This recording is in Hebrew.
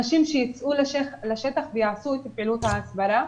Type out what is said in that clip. אנשים שיצאו לשטח ויעשו את הפעילות ההסברתית.